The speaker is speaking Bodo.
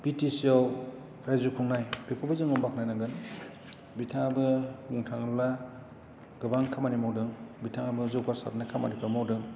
बिटिसिआव रायजो खुंनाय बेखौबो जोङो बाख्नायनांगोन बिथाङाबो बुंनो थाङोब्ला गोबां खामानि मावदों बिथाङाबो जौगासारनाय खामानिखौ मावदों